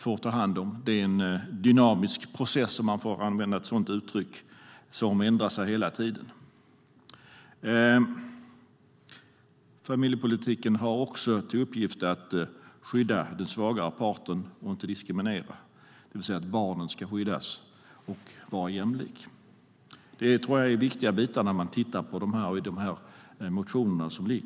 Det är en dynamisk process, om jag får använda ett sådant uttryck, som ändrar sig hela tiden. Familjepolitiken har också till uppgift att skydda den svagare parten och inte diskriminera - barnen ska skyddas - och vara jämlik. Jag tror att det är viktigt att ha med sig när man tittar på de motioner som finns.